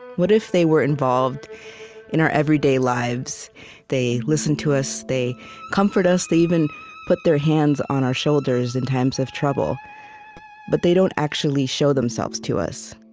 what if they were involved in our everyday lives they listen to us they comfort us they even put their hands on our shoulders in times of trouble but they don't actually show themselves to us?